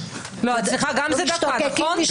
אצלך זה גם דקה, נכון?